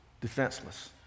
defenseless